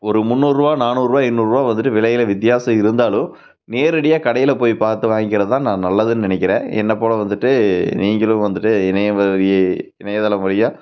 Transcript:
ஒரு முந்நூறுரூபா நானூறுரூபா ஐநூறுரூபா வந்துவிட்டு விலையில் வித்தியாசம் இருந்தாலும் நேரடியாக கடையில் போய் பார்த்து வாங்க்கிறதுதான் நான் நல்லதுன்னு நெனைக்கிறேன் என்னை போல் வந்துவிட்டு நீங்களும் வந்துவிட்டு இணையம் வழி இணையதளம் வழியாக